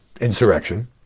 insurrection